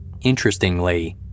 Interestingly